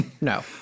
No